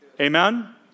Amen